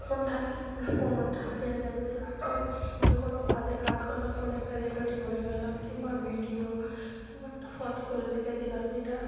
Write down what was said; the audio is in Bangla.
ফোন থাকলে মানুষ প্রমাণটা পেয়ে যাবে আরটা যে কোনো বাজে কাজ করলে ফোনে একটা রেকর্ডিং হয়ে গেলো কিংবা ভিডিও কিংবা একটা ফটো তুলে রেখে দিলাম এটা